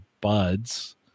Buds